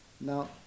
Now